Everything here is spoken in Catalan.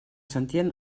sentien